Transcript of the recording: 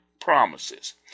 promises